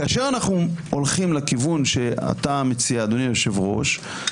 כאשר אנחנו הולכים לכיוון שאתה מציע אדוני היושב ראש,